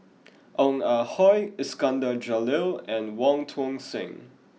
Ong Ah Hoi Iskandar Jalil and Wong Tuang Seng